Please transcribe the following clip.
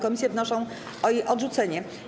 Komisje wnoszą o jej odrzucenie.